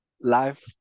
life